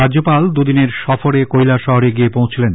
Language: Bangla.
রাজ্যপাল দুদিনের সফরে কৈলাসহরে গিয়ে পৌছলেন